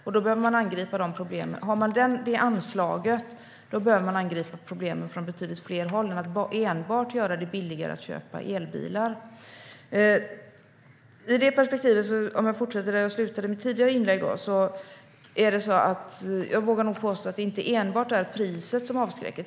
Om man har det anslaget behöver man angripa problemen från betydligt fler håll än att enbart göra det billigare att köpa elbilar. Jag ska fortsätta där jag slutade i mitt tidigare inlägg. I det perspektivet vågar jag nog påstå att det inte enbart är priset som avskräcker.